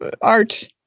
art